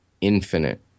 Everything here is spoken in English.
infinite